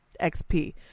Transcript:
XP